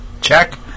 check